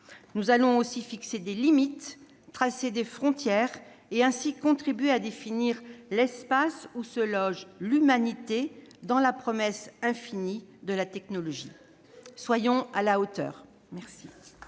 Nous allons aussi fixer des limites, tracer des frontières et ainsi contribuer à définir l'espace où se loge l'humanité, dans la promesse infinie de la technologie. Soyons à la hauteur !